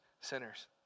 sinners